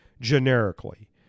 generically